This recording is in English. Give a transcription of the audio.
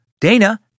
Dana